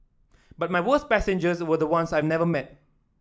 but my worst passengers were the ones I never met